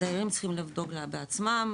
הדיירים צריכים לבדוק בעצמם,